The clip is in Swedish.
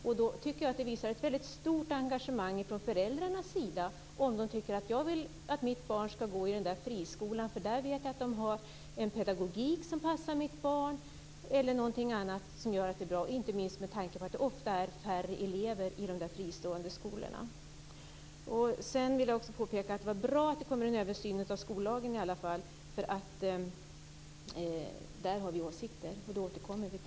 Jag tycker att man från föräldrarnas sida visar ett stort engagemang om man säger: Jag vill att mitt barn skall gå i den och den friskolan, för där vet jag att man har en pedagogik som passar mitt barn eller att de har någonting annat som gör att det är bra för barnet. Inte minst är det ju ofta färre elever i de fristående skolorna. Det är bra att det i alla fall kommer en översyn av skollagen. Där har vi åsikter, så till den saken återkommer vi.